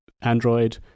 android